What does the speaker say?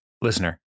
listener